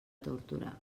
tórtora